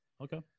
Okay